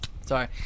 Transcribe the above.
Sorry